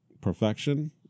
perfection